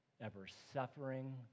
ever-suffering